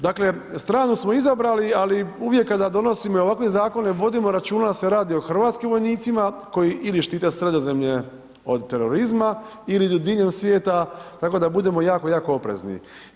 Dakle, stranu smo izabrali ali uvijek kada donosimo i ovakve zakone vodimo računa da se radi o hrvatskim vojnicima koji ili štite Sredozemlje od terorizma ili diljem svijeta tako da budemo jako, jako oprezni.